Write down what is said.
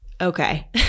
okay